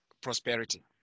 prosperity